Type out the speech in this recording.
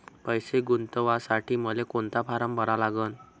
पैसे गुंतवासाठी मले कोंता फारम भरा लागन?